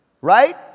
Right